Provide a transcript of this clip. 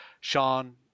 sean